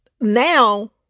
now